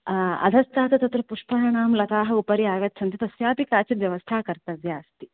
अधस्तात् तत्र पुष्पाणां लताः उपरि आगच्छन्ति तस्यापि काचिद् व्यवस्था कर्तव्या अस्ति